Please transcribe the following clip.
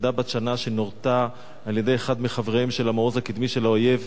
ילדה בת שנה שנורתה על-ידי אחד מחבריהם של המעוז הקדמי של האויב.